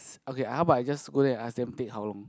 okay how about I just go there and ask them take how long